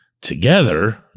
together